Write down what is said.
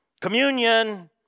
communion